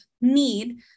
need